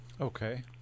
Okay